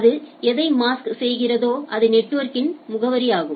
அது எதை மாஸ்க் செய்கிறதோ அது நெட்வொர்க்கின் முகவரி ஆகும்